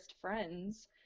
friends